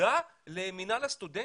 מידע למינהל הסטודנטים.